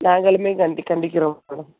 நாங்களுமே கண்டிக்கிறோம்